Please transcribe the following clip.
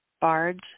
Bard's